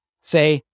Say